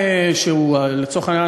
מ-70%.